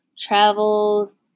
travels